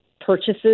purchases